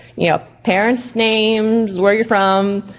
you know, parents names, where you're from,